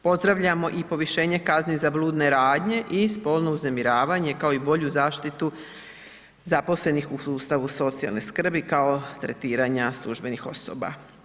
Pozdravljamo i povišenje kazne za bludnje radne i spolno uznemiravanje, kao i bolju zaštitu zaposlenih u sustavu socijalne skrbi kao tretiranja kao službenih osoba.